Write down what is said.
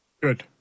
Good